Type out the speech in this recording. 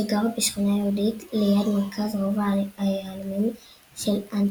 שגרו בשכונה יהודית ליד מרכז רובע היהלומים של אנטוורפן.